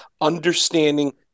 understanding